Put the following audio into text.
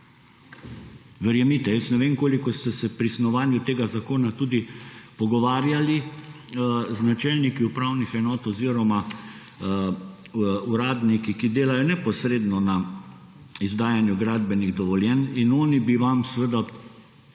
Verjemite, jaz ne vem, koliko ste si pri snovanju tega zakona tudi pogovarjali z načelniki upravnih enot oziroma uradniki, ki delajo neposredno na izdajanju gradbenih dovoljenj. Oni bi vam povedali